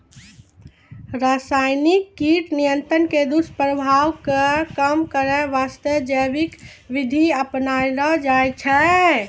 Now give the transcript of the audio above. रासायनिक कीट नियंत्रण के दुस्प्रभाव कॅ कम करै वास्तॅ जैविक विधि अपनैलो जाय छै